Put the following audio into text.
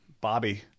Bobby